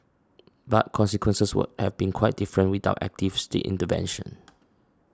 but consequences would have been quite different without active state intervention